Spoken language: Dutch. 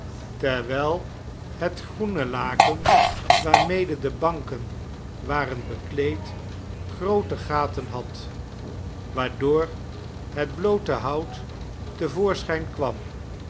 terwijl het groene laken waarmede de banken waren bekleed groote gaten had waardoor het bloote hout te voorschijn kwam